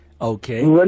Okay